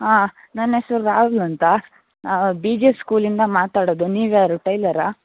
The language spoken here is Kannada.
ಹಾಂ ನನ್ನೆಸರು ರಾಹುಲ್ ಅಂತ ಬಿ ಜೆ ಸ್ಕೂಲಿಂದ ಮಾತಾಡೋದು ನೀವು ಯಾರು ಟೈಲರಾ